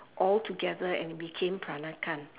altogether and became peranakan